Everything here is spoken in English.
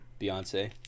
Beyonce